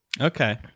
okay